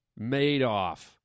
Madoff